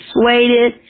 persuaded